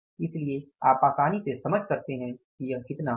इसलिए आप आसानी से समझ सकते हैं कि यह कितना होगा